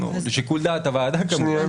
זה לשיקול דעת הוועדה כמובן.